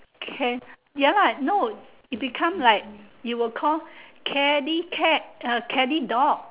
cat ya lah no it'll become like you'll call catty cat uh catty dog